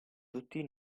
tutti